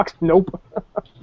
Nope